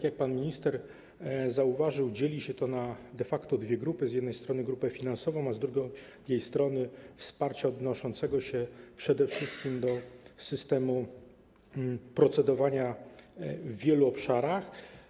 Jak pan minister zauważył, dzieli się to de facto na dwie grupy, z jednej strony na grupę finansową, a z drugiej strony jest to wsparcie odnoszące się przede wszystkim do systemu procedowania w wielu obszarach.